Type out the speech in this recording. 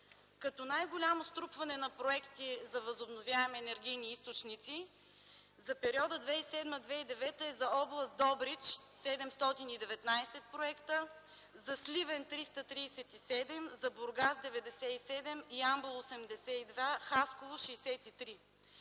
като най-голямо струпване на проекти за възобновяеми енергийни източници за периода 2007-2009 г. е за област Добрич – 719 проекта, за Сливен – 337, за Бургас – 97, Ямбол – 82, Хасково – 63.